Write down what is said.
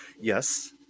Yes